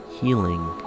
healing